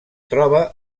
troba